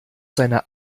seiner